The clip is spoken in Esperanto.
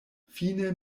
fine